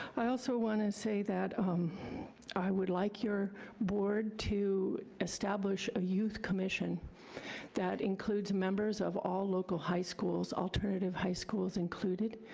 i also wanna say that i would like your board to establish a youth commission that includes members of all local high schools, alternative high schools included,